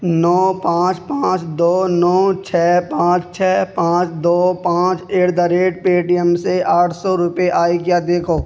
نو پانچ پانچ دو نو چھ پانچ چھ پانچ دو پانچ at the rate Paytm سے آٹھ سو روپئے آئے کیا دیکھو